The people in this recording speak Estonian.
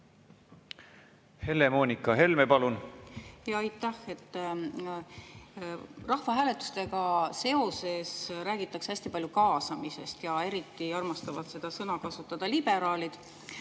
Helle‑Moonika Helme, palun! Aitäh! Rahvahääletustega seoses räägitakse hästi palju kaasamisest. Eriti armastavad seda sõna kasutada liberaalid.